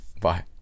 Bye